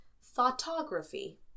photography